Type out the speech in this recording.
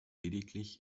lediglich